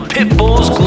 Pitbull's